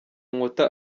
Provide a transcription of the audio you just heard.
nkuta